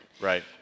Right